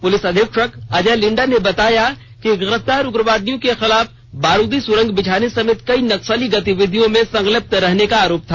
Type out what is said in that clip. police अधीक्षक अजय लिंडा ने बताया कि गिरफ्तार उग्रवादियों के खिलाफ बारूदी सुरंग बिछाने समेत कई नक्सली गतिविधियों में संलिप्त रहने का आरोप था